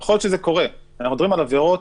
אבל אני מדבר על עברות